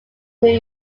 new